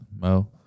Mo